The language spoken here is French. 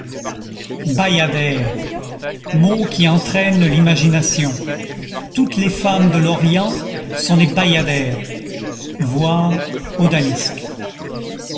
qui entraîne l'imagination toutes les femmes de l'orient sont des bayadères